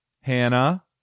Hannah